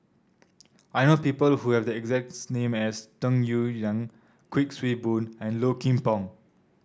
I know people who have the exact name as Tung Yue Reng Kuik Swee Boon and Low Kim Pong